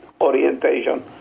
orientation